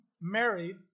married